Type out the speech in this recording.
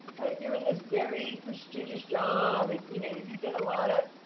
right? you're in this very prestigious job and, you know, you get a lot of,